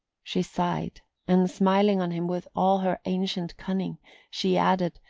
she sighed and smiling on him with all her ancient cunning she added,